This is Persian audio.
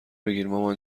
بگیرمامان